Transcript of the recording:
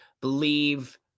believe